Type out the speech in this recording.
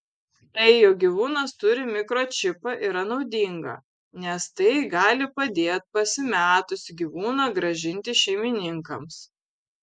tai jog gyvūnas turi mikročipą yra naudinga nes tai gali padėt pasimetusį gyvūną grąžinti šeimininkams